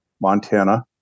Montana